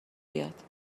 بیاد